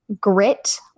grit